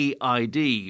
EID